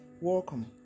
welcome